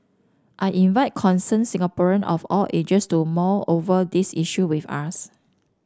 I invite concerned Singaporean of all ages to mull over these issue with us